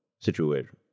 situation